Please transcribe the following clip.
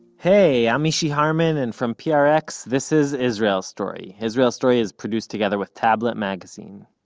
hey, i'm mishy harman and from prx this is israel story. israel story is produced together with tablet magazine.